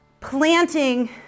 Planting